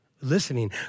Listening